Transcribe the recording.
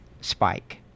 spike